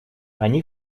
они